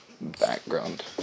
background